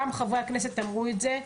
גם חברי הכנסת אמרו את זה,